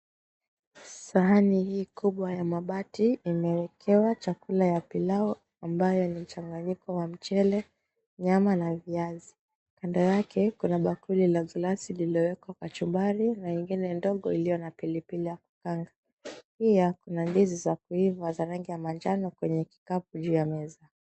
Sahani hii kubwa ya mabati, imewekewa chakula ya pilau. Ambayo ni mchanganyiko wa mchele nyama na viazi. Kando yake kuna bakuli la glasi lililowekwa kachumbari, na ingine ndogo iliyo na pilipili ya kuksanga. Pia kuna ndizi za kuiva za rangi ya manjano, kwenye kikapu juu ya meza.